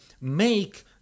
make